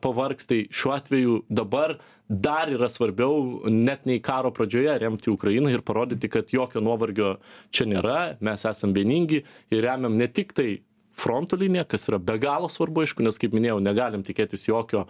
pavargs tai šiuo atveju dabar dar yra svarbiau net nei karo pradžioje remti ukrainą ir parodyti kad jokio nuovargio čia nėra mes esam vieningi ir remiam ne tiktai fronto liniją kas yra be galo svarbu aišku nes kaip minėjau negalim tikėtis jokio